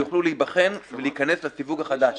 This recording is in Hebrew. שיוכלו להיבחן ולהיכנס לסיווג החדש.